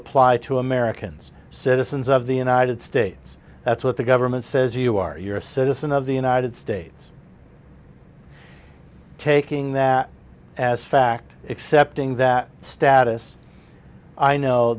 apply to americans citizens of the united states that's what the government says you are you're a citizen of the united states taking that as fact except ing that status i know